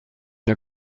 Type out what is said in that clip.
der